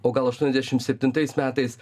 o gal aštuoniasdešim septintais metais